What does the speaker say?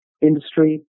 industry